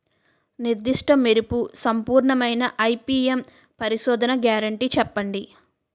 నిర్దిష్ట మెరుపు సంపూర్ణమైన ఐ.పీ.ఎం పరిశోధన గ్యారంటీ చెప్పండి?